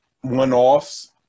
one-offs